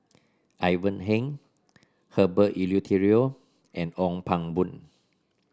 Ivan Heng Herbert Eleuterio and Ong Pang Boon